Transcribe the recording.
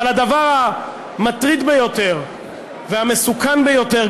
אבל הדבר המטריד ביותר והמסוכן ביותר,